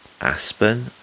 aspen